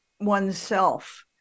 oneself